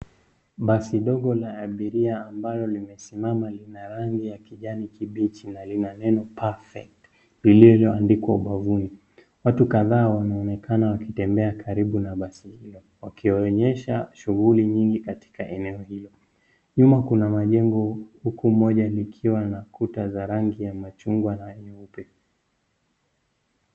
Basi dogo la abiria ambalo imesimama lina rangi ya kijani kibichi na lina neno PERFECT lililo andikwa ubavuni, watu kadhaa wanaonekana wakitembea karibu na basi hilo wakionyesha shughuli nyingi katika eneo hilo. Nyuma kuna majengo huku moja likiwa na kuta za rangi ya machungwa na nyeupe.